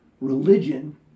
religion